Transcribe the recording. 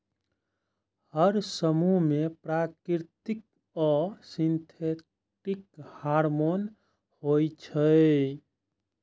हर समूह मे प्राकृतिक आ सिंथेटिक हार्मोन होइ छै